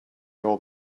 old